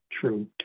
true